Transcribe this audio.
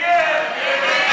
ההסתייגות (19) של קבוצת סיעת